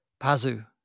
Pazu